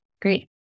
Great